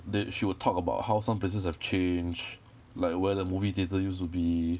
that she will talk about how some places have changed like where the movie theatre used to be